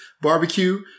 Barbecue